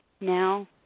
now